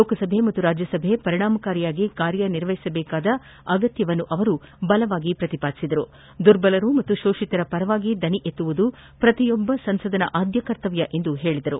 ಲೋಕಸಭೆ ಮತ್ತು ರಾಜ್ಯಸಭೆ ಪರಿಣಾಮಕಾರಿಯಾಗಿ ಕಾರ್ಯನಿರ್ವಹಿಸಬೇಕಾದ ಅಗತ್ಯವನ್ನು ಬಲವಾಗಿ ಪ್ರತಿಪಾದಿಸಿದ ಪ್ರಧಾನಮಂತ್ರಿಗಳು ದುರ್ಬಲರು ಮತ್ತು ಶೋಷಿತರ ಪರವಾಗಿ ಧ್ಲನಿ ಎತ್ತುವುದು ಪ್ರತಿಯೊಬ್ಬ ಸಂಸದನ ಅದ್ಯ ಕರ್ತವ್ಯ ಎಂದು ಹೇಳಿದರು